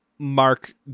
Mark